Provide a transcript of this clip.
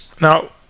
Now